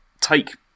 take